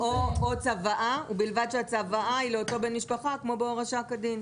תודה רבה, שמואל.